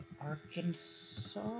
Arkansas